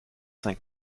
cinq